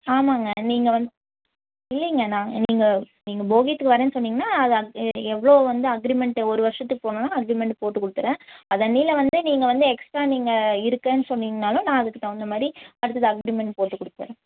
ஆமாங்க நீங்கள் வந்து இல்லைங்க நாங்கள் நீங்கள் நீங்கள் போகியத்துக்கு வரேனு சொன்னிங்கன்னா அதை எவ்வளோ வந்து அக்ரிமெண்ட் ஒரு வருஷத்துக்கு போடணுனா அக்ரிமெண்ட் போட்டு கொடுத்துட்றன் அதை அன்னைல வந்து நீங்கள் வந்து எக்ஸ்ட்ரா நீங்கள் இருக்கேன்னு சொன்னிங்கனாலும் நான் அதுக்கு தகுந்த மாதிரி அடுத்தது அக்ரிமெண்ட் போட்டு கொடுத்துட்றேன்